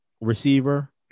receiver